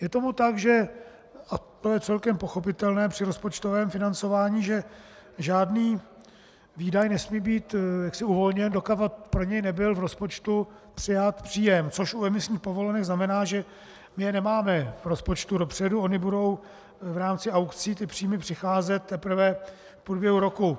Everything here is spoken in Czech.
Je tomu tak, a to je celkem pochopitelné při rozpočtovém financování, že žádný výdaj nesmí být uvolněn, dokud pro něj nebyl v rozpočtu přijat příjem, což u emisních povolenek znamená, že je nemáme v rozpočtu dopředu, ony budou v rámci aukcí ty příjmy přicházet teprve v průběhu roku.